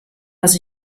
was